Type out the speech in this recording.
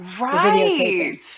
Right